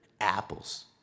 apples